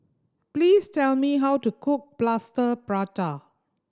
please tell me how to cook Plaster Prata